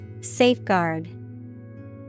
Safeguard